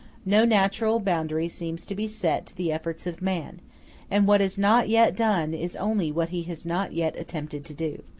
no natural boundary seems to be set to the efforts of man and what is not yet done is only what he has not yet attempted to do.